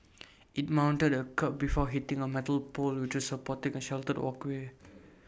IT mounted A kerb before hitting A metal pole which supporting A sheltered walkway